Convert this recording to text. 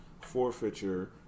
forfeiture